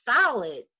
solid